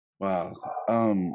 Wow